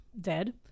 dead